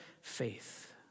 faith